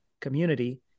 community